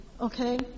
okay